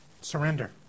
Surrender